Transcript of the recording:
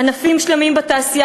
ענפים שלמים בתעשייה,